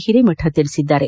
ಹಿರೇಮಕ ತಿಳಿಸಿದ್ದಾರೆ